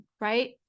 right